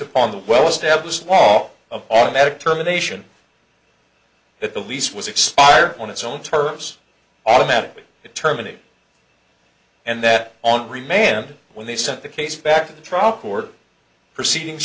upon the well established wall of automatic term a nation that the lease was expired on its own terms automatically terminated and that on remand when they sent the case back to the trial court proceedings